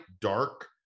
dark